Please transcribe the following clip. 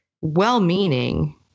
well-meaning